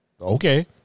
okay